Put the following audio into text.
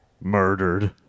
Murdered